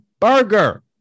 burger